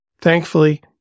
Thankfully